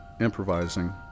improvising